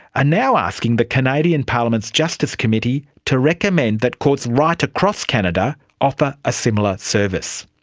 ah now asking the canadian parliament's justice committee to recommend that courts right across canada offer a similar service.